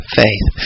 faith